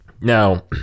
Now